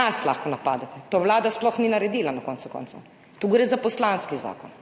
Nas lahko napadete, tega Vlada sploh ni naredila, na koncu koncev, tu gre za poslanski zakon.